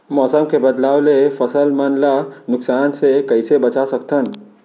मौसम के बदलाव ले फसल मन ला नुकसान से कइसे बचा सकथन?